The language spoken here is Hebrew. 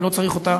ואם לא צריך אותה,